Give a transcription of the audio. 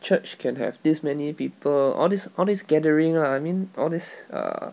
church can have this many people all this all this gathering lah I mean all this err